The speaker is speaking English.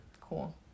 Cool